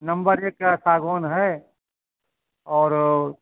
number एक का सागौन है और